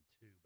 two